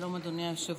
שלום, אדוני היושב-ראש.